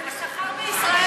השכר בישראל,